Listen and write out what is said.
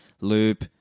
loop